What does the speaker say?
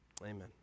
Amen